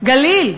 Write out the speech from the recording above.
גליל,